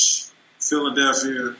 Philadelphia